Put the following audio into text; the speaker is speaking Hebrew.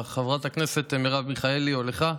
לחברת הכנסת מיכאלי או לך,